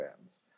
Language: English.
fans